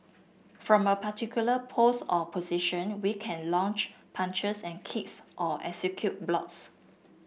from a particular pose or position we can launch punches and kicks or execute blocks